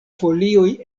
folioj